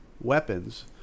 weapons